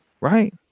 right